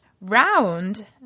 round